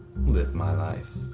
live my life.